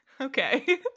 Okay